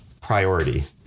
priority